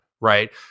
right